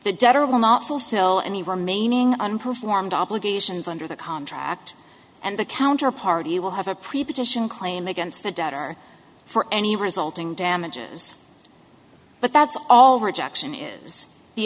fulfill any remaining unperformed obligations under the contract and the counterparty will have a preposition claim against the debtor for any resulting damages but that's all rejection is the